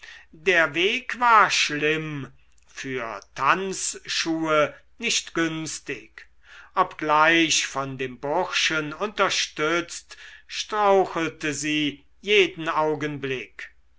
der weg war schlimm für tanzschuhe nicht günstig obgleich von dem burschen unterstützt strauchelte sie jeden augenblick